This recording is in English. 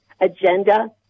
agenda